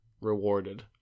rewarded